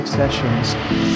sessions